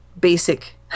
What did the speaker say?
basic